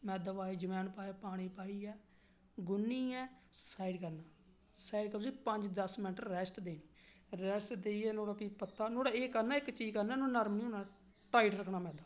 मैदा पाई अजव्इन पानी पाइयै गुन्नियै साइड करना साइड उप्पर उसी पंज दस मिन्ट रैस्ट देनी रैस्ट देइये फ्ही नुआढ़े च तेज पत्ता नर्म नेई टाइट रक्खना मैदा